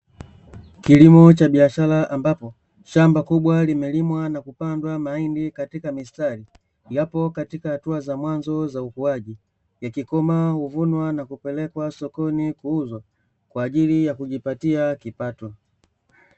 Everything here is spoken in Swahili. Kilimo cha biashara ambapo shamba kubwa limelimwa na kupandwa mahindi katika mistari, yapo katika hatua za mwanzo za ukuaji. Ikikomaa huvunwa na kupelekwa sokoni kuuzwa kwa ajili ya kujipatia kipato.